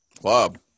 Club